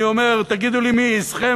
אני אומר: תגידו לי מי עזכם,